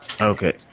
okay